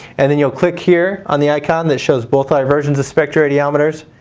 and then you'll click here on the icon that shows both our versions of spectroradiometers,